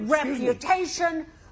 reputation